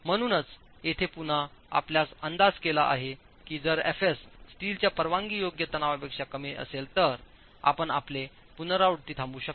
म्हणूनच येथे पुन्हा आपल्यास अंदाज केला आहे की जर fs स्टीलच्या परवानगीयोग्य तणावापेक्षा कमी असेल तर आपण आपले पुनरावृत्ती थांबवू शकता